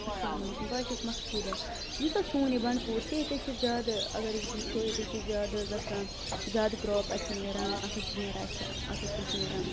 اَلسَلامُ علیکُم بہٕ حظ چھیٚس مقصوٗدہ یُس حظ سون یہِ بنٛڈٕپوٗر چھُ ییٚتہِ حظ چھِ زیادٕ اگر حظ أسۍ وُچھو ییٚتہِ حظ چھُ زیادٕ گَژھان زیادٕ کرٛاپ اسہِ نیران اکھ حظ چھُ نیران اسہِ اکھ حظ چھُ اسہِ نیران